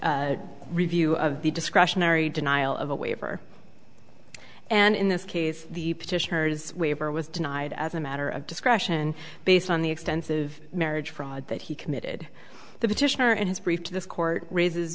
review of the discretionary denial of a waiver and in this case the petitioners waiver was denied as a matter of discretion based on the extensive marriage fraud that he committed the petitioner in his brief to this court raises